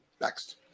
Next